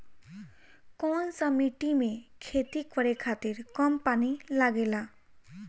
कौन सा मिट्टी में खेती करे खातिर कम पानी लागेला?